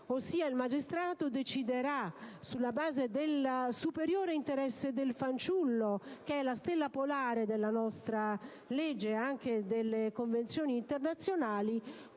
il quale deciderà, sulla base del superiore interesse del fanciullo - che è la stella polare della nostra legge e delle convenzioni internazionali